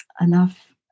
Enough